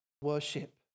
worship